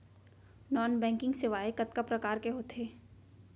non banking सेवाएं कतका प्रकार के होथे